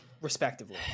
respectively